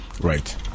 Right